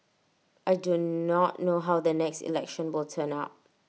I do not know how the next election will turn out